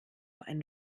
ein